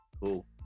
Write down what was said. Cool